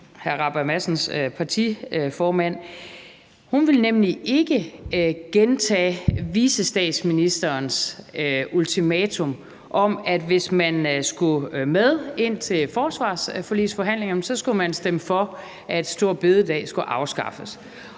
Rabjerg Madsens partiformand. Hun ville nemlig ikke gentage vicestatsministerens ultimatum om, at hvis man skulle med ind til forsvarsforligsforhandlingerne, skulle man stemme for, at store bededag skal afskaffes.